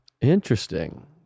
Interesting